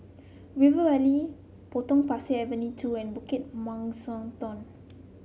River Valley Potong Pasir Avenue two and Bukit Mugliston